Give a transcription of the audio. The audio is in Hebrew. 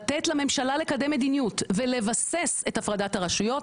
לתת לממשלה לקדם מדיניות ולבסס את הפרדת הרשויות,